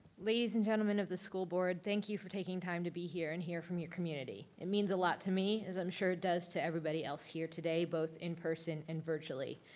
ladies and gentlemen of the school board, thank you for taking time to be here and hear from your community. it means a lot to me, as i'm sure it does to everybody else here today, both in-person and virtually.